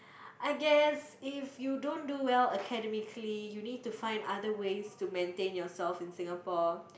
I guess if you don't do well academically you need to find other ways to maintain yourself in Singapore